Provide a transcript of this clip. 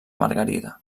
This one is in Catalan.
margarida